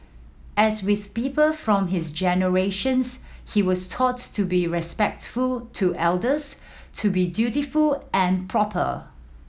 as with people from his generations he was taught to be respectful to elders to be dutiful and proper